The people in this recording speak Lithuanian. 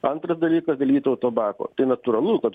antras dalykas dėl vytauto bako tai natūralu kad